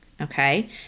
okay